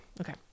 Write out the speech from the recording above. okay